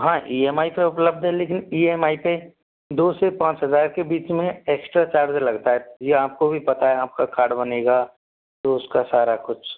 हाँ E M I पर उपलब्ध है लेकिन ई एम आइ पर दो से पाँच हज़ार के बीच में एक्स्ट्रा चार्ज लगता है ये आपको भी पता है आपका कार्ड बनेगा तो उसका सारा कुछ